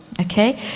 okay